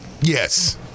yes